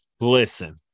listen